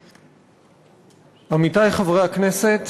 תודה, עמיתי חברי הכנסת,